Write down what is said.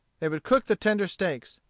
they would cook the tender steaks.